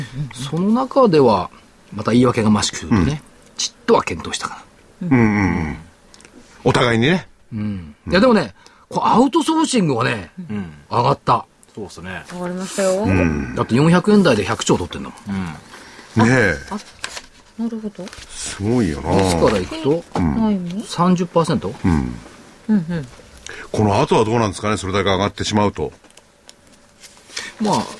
うんうんうん。その中では、また言い訳がましくてね、うん。ちっとは健闘したかな。うん。うんうんうん。お互いにね。うん。いや、うん。でもね、こうアウトソーシングはね、うん。うん、上がった。そうっすね。上がりましたよ。うん。だって400円台で100兆取ってんだもん。うん。ねえ。あ、あ、なるほど。すごいよな。いつからいくとえ、ないの？30%？うん。うんうん。この後はどうなんですかね、それだけ上がってしまうと。まあ、